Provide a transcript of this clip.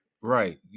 Right